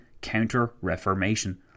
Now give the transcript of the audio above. Counter-Reformation